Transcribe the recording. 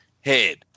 head